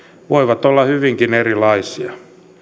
voivat olla hyvinkin erilaisia